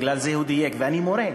לכן הוא דייק, ואני מורה,